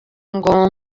ngo